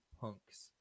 punks